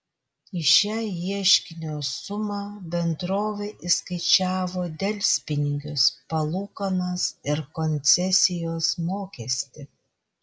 į šią ieškinio sumą bendrovė įskaičiavo delspinigius palūkanas ir koncesijos mokestį